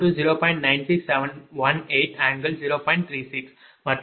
36 மற்றும் V40